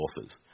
authors